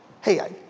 Hey